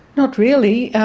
not really.